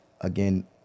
again